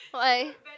why